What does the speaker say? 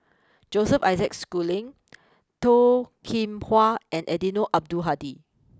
Joseph Isaac Schooling Toh Kim Hwa and Eddino Abdul Hadi